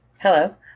Hello